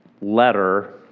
letter